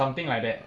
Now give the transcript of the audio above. something like that